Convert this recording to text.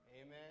Amen